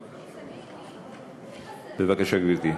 בבקשה, גברתי.